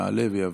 יעלה ויבוא.